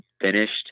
finished